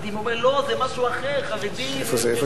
מה שאני רוצה להגיד, חבר הכנסת ברכה,